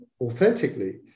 authentically